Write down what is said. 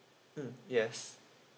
mm yes